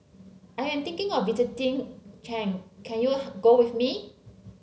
I am thinking of visiting Chad can you go with me